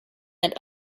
and